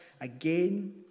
again